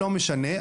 לא משנה.